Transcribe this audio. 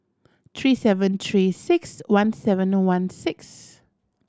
three seven Three Six One seven one six